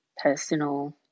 personal